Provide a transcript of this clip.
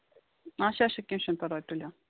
اچھا اچھا کیٚنہہ چھُنہٕ پَرواے تُلِو